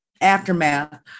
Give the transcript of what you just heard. aftermath